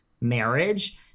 marriage